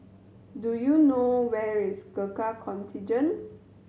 do you know where is Gurkha Contingent